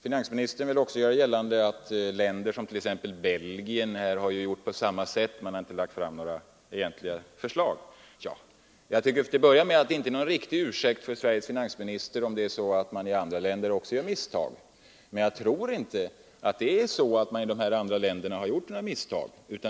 Finansministern vill också göra gällande att man i länder som t.ex. Belgien gjort på samma sätt, dvs. inte lagt fram några egentliga förslag. Jag tycker till att börja med att det inte är någon riktig ursäkt för finansministern att man också i andra länder gör misstag. Men jag tror inte heller att man i dessa andra länder har gjort några misstag.